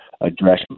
address